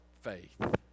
faith